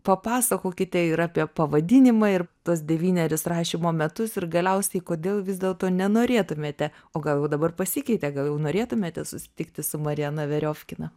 papasakokite ir apie pavadinimą ir tuos devynerius rašymo metus ir galiausiai kodėl vis dėlto nenorėtumėte o gal jau dabar pasikeitė gal jau norėtumėte susitikti su mariana veriofkina